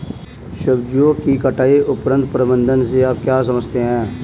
सब्जियों के कटाई उपरांत प्रबंधन से आप क्या समझते हैं?